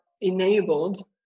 enabled